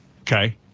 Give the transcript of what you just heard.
okay